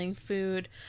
food